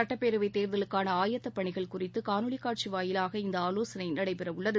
சுட்டப்பேரவைத் தேர்தலுக்கான ஆயத்தப் பணிகள் குறித்து காணொலிக் காட்சி வாயிலாக இந்த ஆலோசனை நடைபெறவுள்ளது